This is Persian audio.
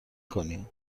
کنی